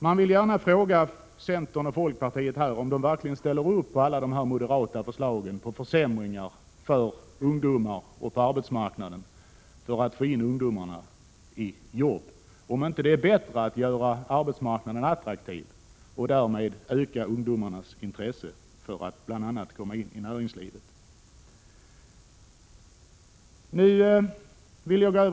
Jag vill gärna fråga centerns och folkpartiets företrädare om de verkligen ställer upp på alla dessa moderata förslag till försämringar för ungdomar — och på arbetsmarknaden — för att få in ungdomarna i jobb, om det inte är bättre att göra arbetsmarknaden attraktiv och därmed öka ungdomarnas intresse för att komma in i näringslivet.